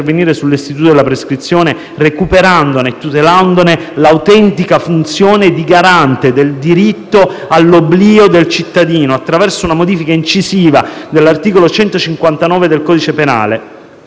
sull'istituto della prescrizione, recuperandone e tutelandone l'autentica funzione di garante del diritto all'oblio del cittadino attraverso una modifica incisiva dell'articolo 159 del codice penale,